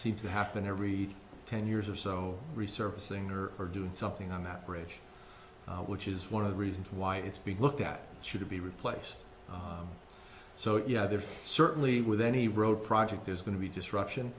seems to happen every ten years or so resurfacing or are doing something on that bridge which is one of the reasons why it's being looked at should be replaced so yeah there's certainly with any road project there's going to be disruption